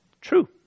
True